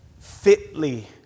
fitly